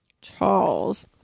Charles